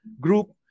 group